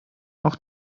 auch